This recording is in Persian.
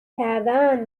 کردن